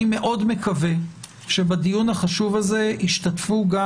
אני מאוד מקווה שבדיון החשוב הזה ישתתפו גם